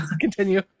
Continue